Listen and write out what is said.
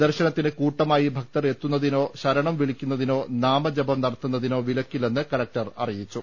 ദർശനത്തിന് കൂട്ടമായി ഭക്തർ എത്തുന്നതിനോ ശരണം വിളി ക്കുന്നതിനോ നാമജപം നടത്തുന്നതിനോ വിലക്കില്ലെന്ന് കലക്ടർ അറിയിച്ചു